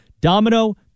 domino